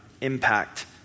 impact